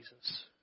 Jesus